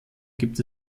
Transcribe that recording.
gibt